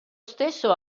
stesso